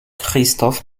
christoph